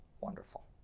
wonderful